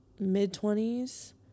mid-twenties